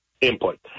input